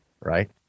right